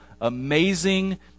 amazing